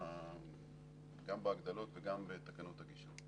גם בהגדלות וגם בתקנות הגישור.